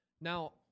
Now